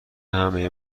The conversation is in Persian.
همه